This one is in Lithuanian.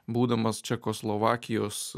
būdamas čekoslovakijos